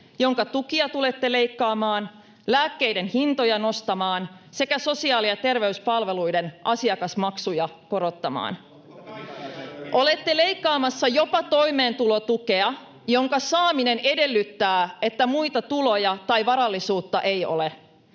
jonka tukia tulette leikkaamaan, lääkkeiden hintoja nostamaan sekä sosiaali- ja terveyspalveluiden asiakasmaksuja korottamaan. [Ben Zyskowiczin välihuuto] Olette leikkaamassa jopa toimeentulotukea, jonka saaminen edellyttää, että muita tuloja tai varallisuutta ei ole.